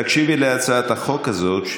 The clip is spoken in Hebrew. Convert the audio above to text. תקשיבי להצעת החוק הזאת,